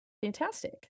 fantastic